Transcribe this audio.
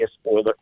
spoiler